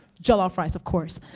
jollof rice, of course.